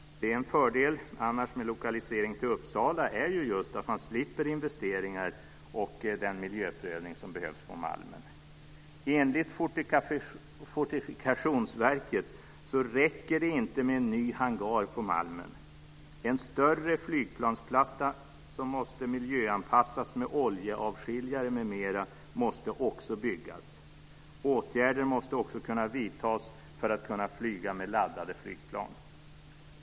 En fördel med lokalisering till Uppsala är just att man slipper de investeringar och den miljöprövning som behövs på Malmen. Enligt Fortifikationsverket räcker det inte med en ny hangar på Malmen. En större flygplansplatta, som måste miljöanpassas med oljeavskiljare m.m., måste också byggas. Åtgärder måste också vidtas för att man ska kunna flyga med laddade flygplan.